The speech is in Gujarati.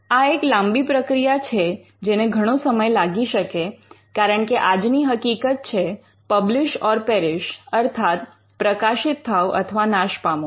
આ એક લાંબી પ્રક્રિયા છે જેને ઘણો સમય લાગી શકે કારણકે આજની હકીકત છે 'પબ્લીશ ઑર પેરિશ' અર્થાત પ્રકાશિત થાઓ અથવા નાશ પામો